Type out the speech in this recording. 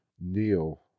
Neil